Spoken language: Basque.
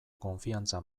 konfiantza